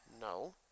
No